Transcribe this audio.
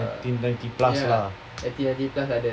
ninety ninety plus lah